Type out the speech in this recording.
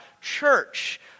church